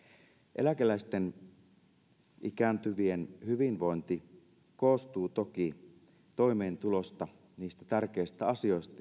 eläkeläisten ikääntyvien hyvinvointi koostuu toki toimeentulosta niistä tärkeistä asioista